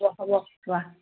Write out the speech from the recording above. এতিয়া হ'ব থোৱা